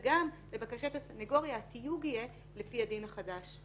וגם, לבקשת הסניגוריה, התיוג יהיה לפי הדין החדש.